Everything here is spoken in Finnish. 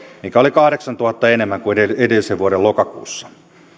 mikä oli kahdeksantuhannen enemmän kuin edellisen vuoden lokakuussa